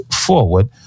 forward